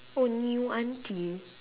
oh new auntie